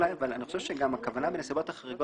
אבל אני חושב שהכוונה בנסיבות החריגות